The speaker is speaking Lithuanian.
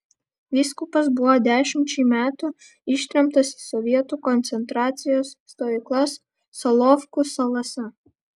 vyskupas buvo dešimčiai metų ištremtas į sovietų koncentracijos stovyklas solovkų salose